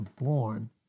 born